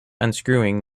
unscrewing